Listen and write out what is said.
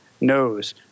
knows